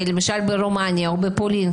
למשל ברומניה או בפולין,